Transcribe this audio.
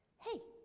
hey,